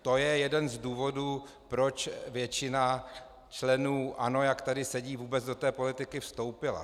To je jeden z důvodů, proč většina členů ANO, jak tady sedí, vůbec do té politiky vstoupila.